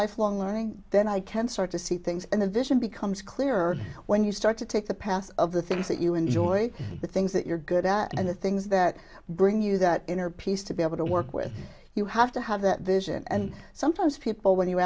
lifelong learning then i can start to see things in the vision becomes clearer when you start to take the path of the things that you enjoy the things that you're good at and the things that bring you that inner peace to be able to work with you have to have that vision and sometimes people when you